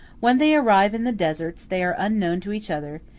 when they arrive in the deserts they are unknown to each other,